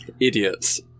Idiots